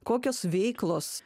kokios veiklos